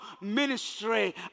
ministry